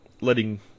letting